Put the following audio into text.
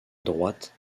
droite